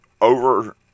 Over